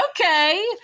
okay